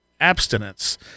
abstinence